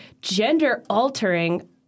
gender-altering